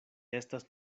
estas